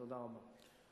תודה רבה.